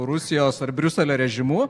rusijos ar briuselio režimu